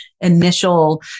initial